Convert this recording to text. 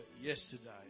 yesterday